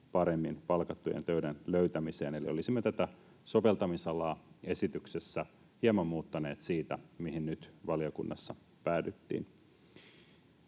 paremmin palkattujen töiden löytämiseen. Eli olisimme tätä soveltamisalaa esityksessä hieman muuttaneet siitä, mihin nyt valiokunnassa päädyttiin.